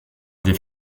des